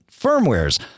firmwares